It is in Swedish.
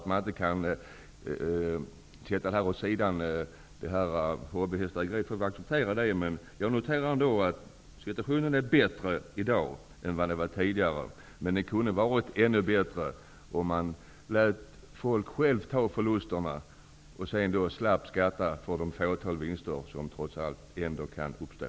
Men jag vill ändå notera att situationen i dag bättre än vad den var tidigare. Den skulle emellertid vara ännu bättre, om man lät hästägarna själva stå för förluster men slapp betala skatt för det fåtal vinster som ändå trots allt kan uppstå.